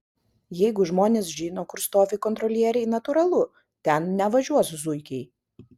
jeigu žmonės žino kur stovi kontrolieriai natūralu ten nevažiuos zuikiai